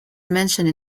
mentioned